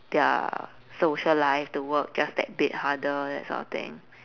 their social life to work just that bit harder that sort of thing